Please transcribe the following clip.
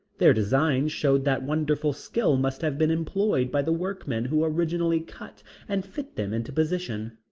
their designs showed that wonderful skill must have been employed by the workmen who originally cut and fit them into position.